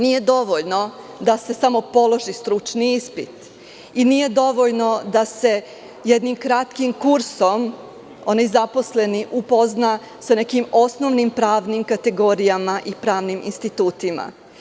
Nije dovoljno da se samo položi stručni ispit i nije dovoljno da se jednim kratkim kursom onaj zaposleni upozna sa nekim osnovnim pravnim kategorijama i pravnim institutima.